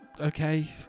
Okay